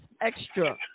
extra